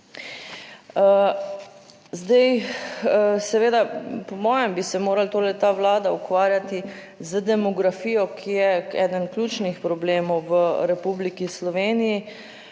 Zdaj, seveda, po mojem bi se morali, torej ta Vlada ukvarjati z demografijo, ki je eden ključnih problemov v Republiki Sloveniji.